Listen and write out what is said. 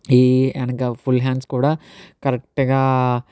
ఈ వెనక ఫుల్హ్యాండ్స్ కూడా కరెక్ట్గా